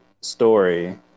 story